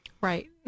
Right